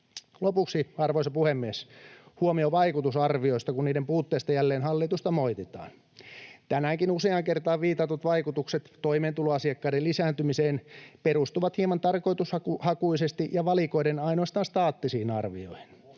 Lopuksi, arvoisa puhemies, huomio vaikutusarvioista, kun niiden puutteesta jälleen hallitusta moititaan. Tänäänkin useaan kertaan viitatut vaikutukset toimeentuloasiakkaiden lisääntymiseen perustuvat hieman tarkoitushakuisesti ja valikoiden ainoastaan staattisiin arvioihin.